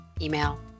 email